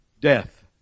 Death